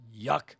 Yuck